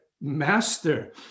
Master